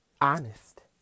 honest